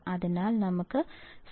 അതിനാൽ നമുക്ക് സ്ഥിരമായ മൂല്യം നൽകാം